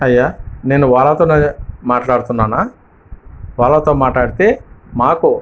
అయ్యా నేను ఓలాతోనే మాట్లాడుతున్నానా ఓలాతో మాట్లాడితే మాకు